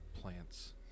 plants